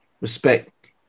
respect